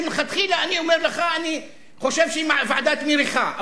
שמלכתחילה אני אומר לך שאני חושב שהיא ועדת מריחה,